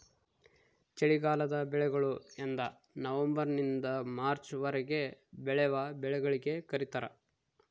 ಚಳಿಗಾಲದ ಬೆಳೆಗಳು ಎಂದನವಂಬರ್ ನಿಂದ ಮಾರ್ಚ್ ವರೆಗೆ ಬೆಳೆವ ಬೆಳೆಗಳಿಗೆ ಕರೀತಾರ